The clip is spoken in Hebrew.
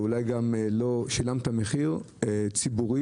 אולי גם שילמת מחיר ציבורי.